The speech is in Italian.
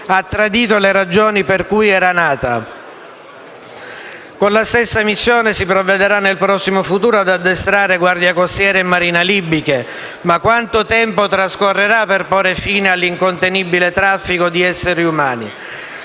ha tradito le ragioni per cui era nata. Con la stessa missione si provvederà nel prossimo futuro ad addestrare guardia costiera e marina libiche, ma quanto tempo trascorrerà per porre un freno all'incontenibile traffico di esseri umani?